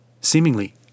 seemingly